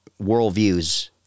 worldviews